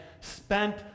spent